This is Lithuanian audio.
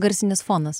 garsinis fonas